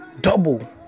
Double